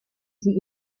sie